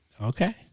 okay